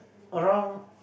around